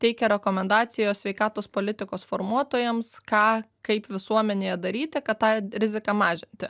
teikia rekomendacijas sveikatos politikos formuotojams ką kaip visuomenėje daryti kad tą riziką mažinti